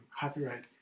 copyright